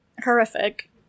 Horrific